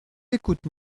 écoute